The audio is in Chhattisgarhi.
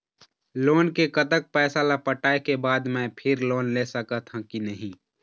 लोन के कतक पैसा ला पटाए के बाद मैं फिर लोन ले सकथन कि नहीं?